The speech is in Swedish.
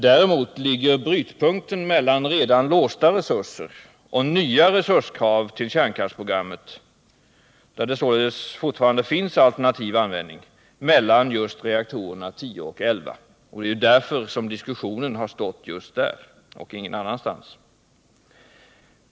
Däremot ligger brytpunkten mellan redan låsta resurser och nya resurskrav till kärnkraftsprogrammet, där det således fortfarande finns alternativ användning, mellan just reaktorerna 10 och 11. Det är därför diskussionen har försiggått just där, och inte någon annanstans.